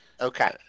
Okay